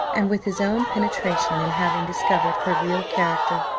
and with his own penetration in having discovered her real character,